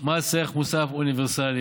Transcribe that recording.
מס ערך מוסף אוניברסלי.